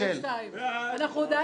אני עושה